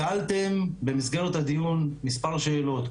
שאלתם במסגרת הדיון מספר שאלות,